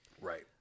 Right